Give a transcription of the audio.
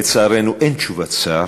לצערנו, אין תשובת שר.